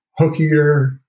hookier